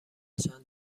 چند